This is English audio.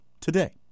today